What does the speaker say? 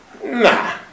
Nah